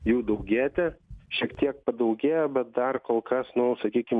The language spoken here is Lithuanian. jų daugėti šiek tiek padaugėjo bet dar kol kas nu sakykim